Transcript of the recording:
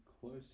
close